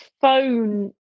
phone